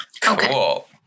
Cool